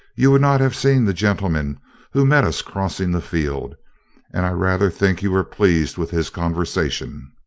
you would not have seen the gentleman who met us crossing the field and i rather think you were pleased with his conversation.